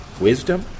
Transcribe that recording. wisdom